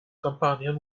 companion